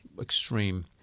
extreme